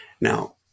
Now